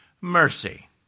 mercy